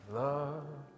love